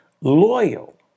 loyal